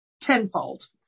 tenfold